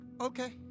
okay